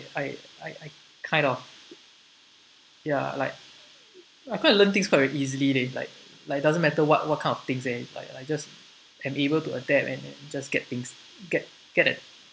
I I I kind of ya like I quite learn things quite easily leh that is like like doesn't matter what what kind of things eh like like just I'm to adapt and just get things get get it